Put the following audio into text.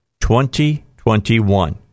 2021